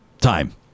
time